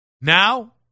Now